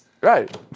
Right